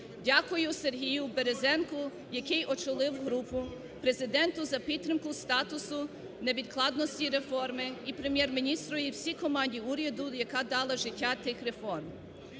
Дякую Сергію Березенку, який очолив групу, Президенту за підтримку статусу невідкладності реформи і Прем'єр-міністру, і всій команді уряду, яка дала життя тим реформам.